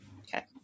Okay